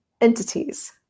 entities